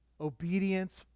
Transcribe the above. Obedience